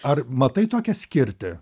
ar matai tokią skirtį